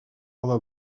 other